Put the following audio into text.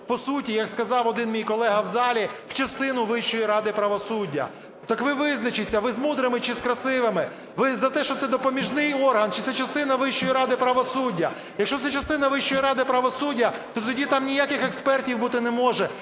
по суті, як сказав один мій колега в залі, в частину Вищої ради правосуддя. Так ви визначіться: ви з мудрими чи з красивими, ви за те, що це допоміжний орган, чи це частина Вищої ради правосуддя. Якщо це частина Вищої ради правосуддя, то тоді там ніяких експертів бути не може,